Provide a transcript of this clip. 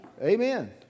Amen